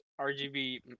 RGB